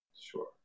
Sure